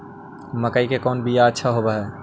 मकईया के कौन बियाह अच्छा होव है?